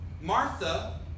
Martha